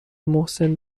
محسن